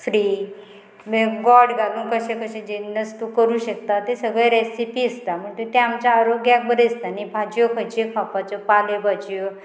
free गोड घालून कशें कशें जिनस तूं करूं शकता तें सगळें रेसिपी आसता म्हण तूं तें आमच्या आरोग्याक बरें दिसता न्ही भाजयो खंयच्यो खावपाच्यो पाल्यो भाजयो